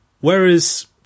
whereas